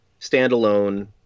standalone